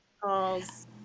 calls